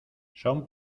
son